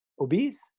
obese